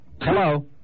Hello